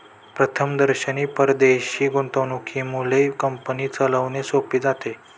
प्रथमदर्शनी परदेशी गुंतवणुकीमुळे कंपनी चालवणे सोपे जाते